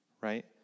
Right